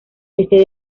este